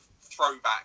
throwback